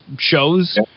shows